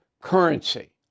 currency